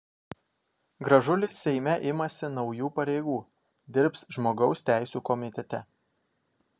gražulis seime imasi naujų pareigų dirbs žmogaus teisių komitete